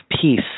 Peace